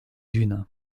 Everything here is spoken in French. dunes